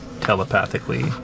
telepathically